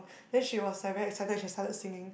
then she was like very excited she started singing